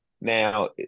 Now